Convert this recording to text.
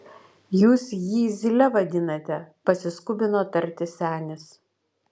jūs jį zyle vadinate pasiskubino tarti senis